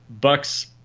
Buck's